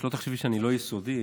שלא תחשבי שאני לא יסודי,